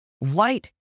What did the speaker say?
light